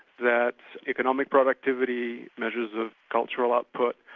that economic productivity, measures of cultural output,